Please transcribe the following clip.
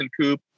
coop